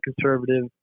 conservative